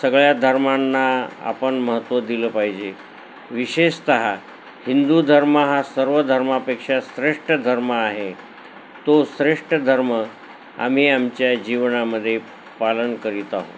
सगळ्या धर्मांना आपण महत्त्व दिलं पाहिजे विशेषतः हिंदू धर्म हा सर्व धर्मापेक्षा श्रेष्ठ धर्म आहे तो श्रेष्ठ धर्म आम्ही आमच्या जीवनामध्ये पालन करीत आहो